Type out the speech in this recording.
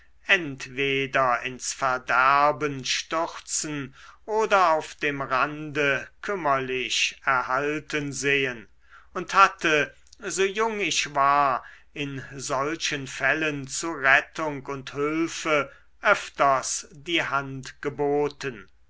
entweder ins verderben stürzen oder auf dem rande kümmerlich erhalten sehen und hatte so jung ich war in solchen fällen zu rettung und hülfe öfters die hand geboten